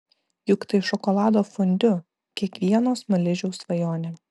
juk tai šokolado fondiu kiekvieno smaližiaus svajonė